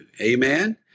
Amen